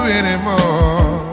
anymore